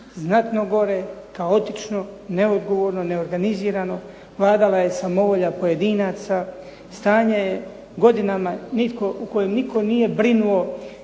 znatno gore, kaotično, neodgovorno, neorganizirano, vladala je samovolja pojedinaca, stanje godinama nitko u kojem nitko nije brinuo